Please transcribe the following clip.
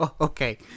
okay